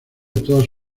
todas